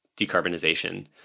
decarbonization